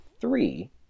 three